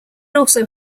also